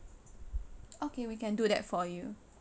okay we can do that for you